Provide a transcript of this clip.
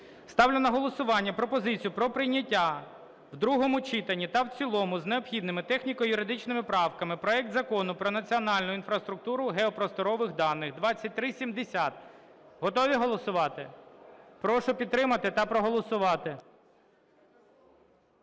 Ставлю на голосування пропозицію про прийняття в другому читанні та в цілому з необхідними техніко-юридичними правками проект Закону про національну інфраструктуру геопросторових даних (2370). Готові голосувати? Прошу підтримати та проголосувати.